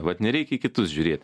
vat nereik į kitus žiūrėt